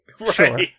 Sure